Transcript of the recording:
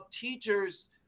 teachers